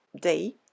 day